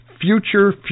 future